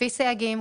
לפי סייגים,